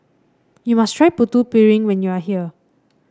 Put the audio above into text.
you must try Putu Piring when you are here